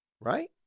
Right